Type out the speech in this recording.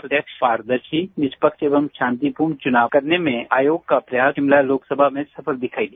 प्रत्यक्ष पारदर्शी निष्पक्ष और शांतिपूर्ण चुनाव करने में आयोग का प्रयास शिमला लोकसभा में सफल दिखाई दिया